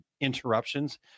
interruptions